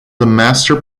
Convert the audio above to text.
master